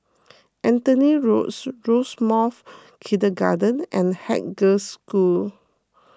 Anthony Roads Rosemounts Kindergarten and Haig Girls' School